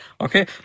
Okay